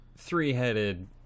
three-headed